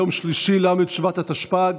התשפ"ג